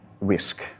risk